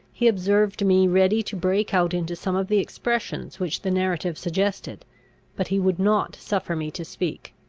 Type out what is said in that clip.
he observed me ready to break out into some of the expressions which the narrative suggested but he would not suffer me to speak.